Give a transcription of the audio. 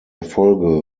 erfolge